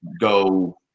go